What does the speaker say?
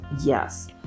yes